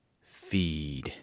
Feed